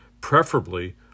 preferably